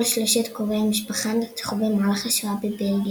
כל שלושת קרובי המשפחה נרצחו במהלך השואה בבלגיה.